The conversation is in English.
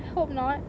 I hope not